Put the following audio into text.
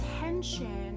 attention